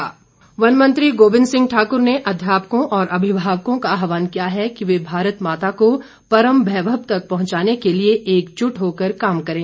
गोबिंद सिंह वन मंत्री गोबिंद सिंह ठाकुर ने अध्यापकों और अभिभावकों का आहवान किया है कि वे भारत माता को परम वैभव तक पहुंचाने के लिए एकजुट होकर काम करें